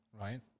Right